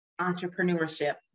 entrepreneurship